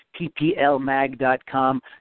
PPLMag.com